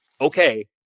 okay